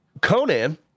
Conan